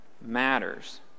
matters